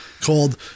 called